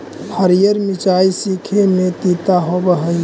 हरीअर मिचाई चीखे में तीता होब हई